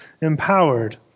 empowered